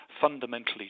fundamentally